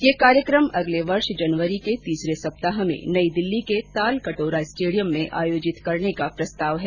यह कार्यक्रम अगले वर्ष जनवरी के तीसरे सप्ताह में नई दिल्ली के तालकटोरा स्टेडियम में आयोजित करने का प्रस्ताव है